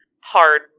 hard